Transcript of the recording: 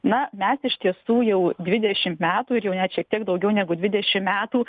na mes iš tiesų jau dvidešimt metų ir jau net šiek tiek daugiau negu dvidešimt metų